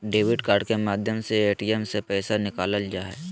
debit card के माध्यम से ए.टी.एम से पैसा निकालल जा हय